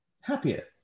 happier